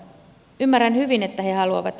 ymmärrän hyvin että he haluavat